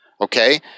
okay